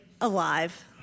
alive